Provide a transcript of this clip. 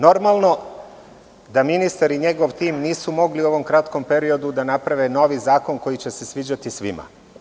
Normalno da ministar i njegov tim nisu mogli da u kratkom periodu naprave novi zakon koji će se sviđati svima.